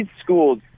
schools